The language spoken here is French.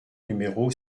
numéro